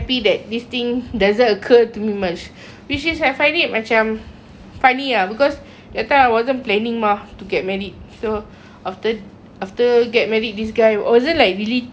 which I find it macam funny ah because that time I wasn't planning mah to get married so after get married this guy wasn't like really thinking eh this guy okay or not ha